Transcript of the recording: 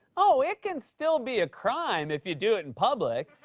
oh, it can still be a crime if you do it in public.